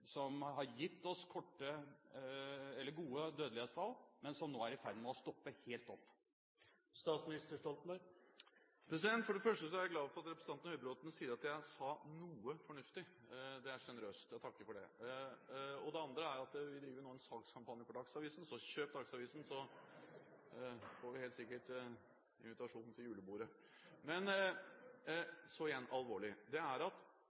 som har gitt oss «gode» dødelighetstall – men som nå er i ferd med å stoppe helt opp? For det første er jeg glad for at representanten Høybråten sier at jeg sa noe fornuftig – det er sjenerøst, jeg takker for det. Det andre er at vi driver nå en salgskampanje for Dagsavisen, så kjøp Dagsavisen – så får vi helt sikkert invitasjon til julebordet. Men – alvorlig: Det er et krafttak på kreftområdet. Det gjør at